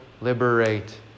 liberate